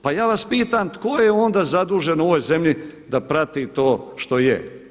Pa ja vas pitam tko je onda zadužen u ovoj zemlji da prati to što je?